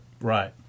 Right